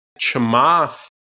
Chamath